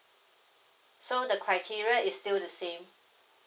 so the criteria is still the same